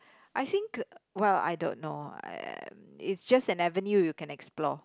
I think well I don't know um it's just an avenue you can explore